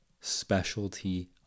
specialty